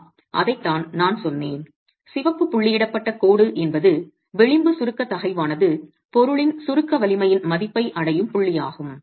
ஆம் அதைத்தான் நான் சொன்னேன் சிவப்பு புள்ளியிடப்பட்ட கோடு என்பது விளிம்பு சுருக்கத் தகைவானது பொருளின் சுருக்க வலிமையின் மதிப்பை அடையும் புள்ளியாகும்